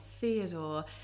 Theodore